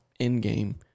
Endgame